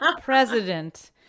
president